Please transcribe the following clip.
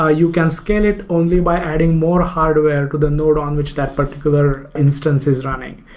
ah you can scale it only by adding more hardware to the node on which that particular instance is running.